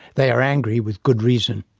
they are angry with good reason.